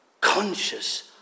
conscious